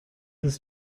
ist